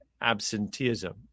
absenteeism